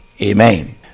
Amen